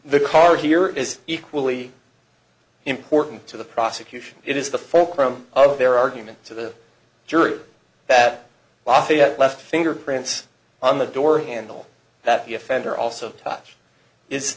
the card here is equally important to the prosecution it is the four crumb of their argument to the jury that lafayette left fingerprints on the door handle that the offender also touch i